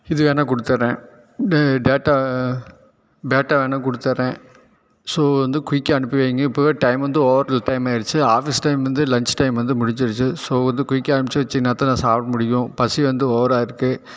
இது வேணால் கொடுத்தட்றேன் டேட்டா பேட்டா வேணால் கொடுத்தட்றேன் ஸோ வந்து குயிக்காக அனுப்பி வைங்க இப்போவே டைம் வந்து ஓவர் டைம் ஆகிருச்சி ஆஃபீஸ் டைம் வந்து லஞ்ச் டைம் வந்து முடிஞ்சிருச்சு ஸோ வந்து குயிக்காக அனுப்பிச்சு வச்சீங்கன்னால்தான் நான் சாப்பிட முடியும் பசி வந்து ஓவராக இருக்குது